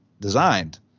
designed